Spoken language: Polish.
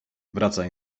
wraca